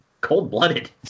Cold-blooded